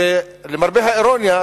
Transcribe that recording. למרבה האירוניה,